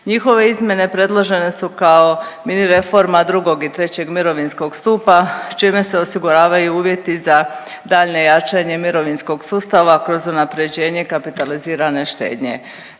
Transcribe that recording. Njihove izmjene predložene su kao mini reforma drugog i trećeg mirovinskog stupa čime se osiguravaju uvjeti za daljnje jačanje mirovinskog sustava kroz unapređenje kapitalizirane štednje.